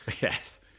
Yes